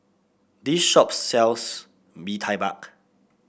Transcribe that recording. this shop sells Bee Tai Mak